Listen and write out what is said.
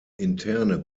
interne